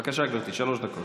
בבקשה, גברתי, שלוש דקות.